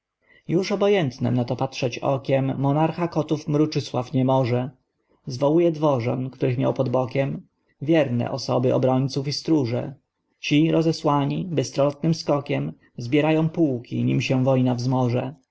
już obojętnem na to patrzeć okiem monarcha kotów mruczysław nie może zwołuje dworzan których miał pod bokiem wierne osoby obrońce i stroże ci rozesłani bystrolotnym skokiem zbierają półki nim się wojna wzmoże